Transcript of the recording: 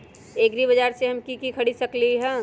एग्रीबाजार से हम की की खरीद सकलियै ह?